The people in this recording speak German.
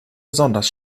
besonders